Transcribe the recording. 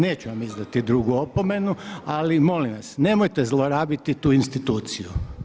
Neću vam izdati drugu opomenu ali molim vas, nemojte zlorabiti tu instituciju.